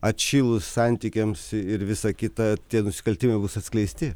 atšilus santykiams ir visa kita tie nusikaltimai bus atskleisti